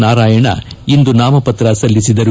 ನಾರಾಯಣ ಇಂದು ನಾಮಪತ್ರ ಸಲ್ಲಿಸಿದರು